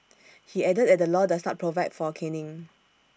he added that the law does not provide for caning